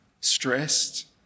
stressed